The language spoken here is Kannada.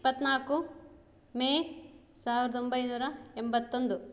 ಇಪ್ಪತ್ನಾಲ್ಕು ಮೇ ಸಾವಿರದ ಒಂಬೈನೂರ ಎಂಬತ್ತೊಂದು